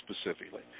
specifically